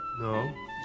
No